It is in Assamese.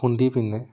খুন্দি পিনে